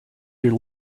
your